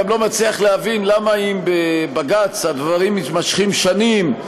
גם לא מצליח להבין למה אם בבג"ץ הדברים מתמשכים שנים,